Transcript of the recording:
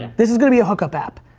this is gonna be a hookup app.